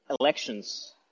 elections